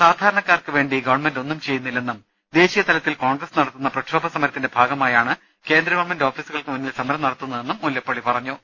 സാധാരണക്കാർക്ക് വേണ്ടി government ഒന്നും ചെയ്യുന്നില്ലെന്നും ദേശീയ തലത്തിൽ കോൺഗ്രസ് നടത്തുന്ന പ്രക്ഷോഭ സമരത്തിന്റെ ഭാഗമായാണ് കേന്ദ്ര ഗവൺമെന്റ് ഓഫീസുകൾക്ക് മുന്നിൽ സമരം നടത്തുന്നതെന്നും മുല്ലപ്പള്ളി പറഞ്ഞു